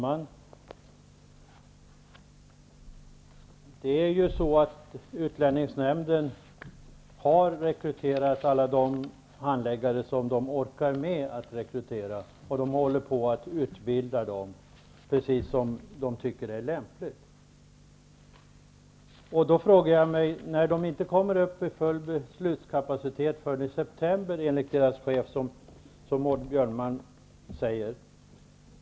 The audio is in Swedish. Herr talman! Utlänningsnämnden har rekryterat alla handläggare som man orkar med att rekrytera, och man håller på att utbilda dem på det sätt man anser lämpligt. Enligt utlänningsnämndens chef kommer man inte upp i full beslutskapacitet förrän i september, säger Maud Björnemalm.